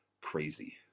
crazy